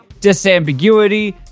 Disambiguity